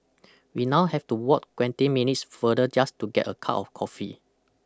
we now have to walk twenty minutes farther just to get a cup of coffee